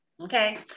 okay